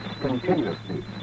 continuously